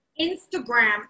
Instagram